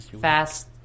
fast-